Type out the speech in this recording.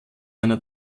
einer